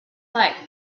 life